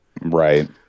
right